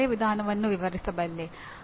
ನಾನು ಕಾರ್ಯವಿಧಾನವನ್ನು ವಿವರಿಸಬಲ್ಲೆ